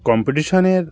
কম্পিটিশনের